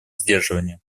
сдерживания